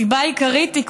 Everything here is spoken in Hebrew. הסיבה העיקרית היא,